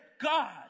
God